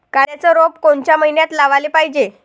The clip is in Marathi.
कांद्याचं रोप कोनच्या मइन्यात लावाले पायजे?